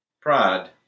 pride